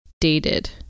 dated